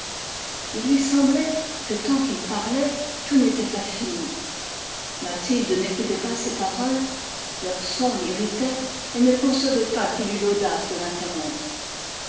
il lui semblait que tant qu'il parlait tout n'était pas fini mathilde n'écoutait pas ses paroles leur son l'irritait elle ne concevait pas qu'il eût l'audace de l'interrompre